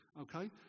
okay